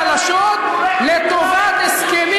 מה זה הביטוי הזה "לקחתם את הכסף מהשכבות החלשות לטובת הסכמים